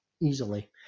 Easily